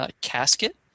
casket